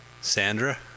Sandra